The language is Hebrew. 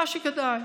מה שכדאי.